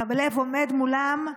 וכלב עומד מולם.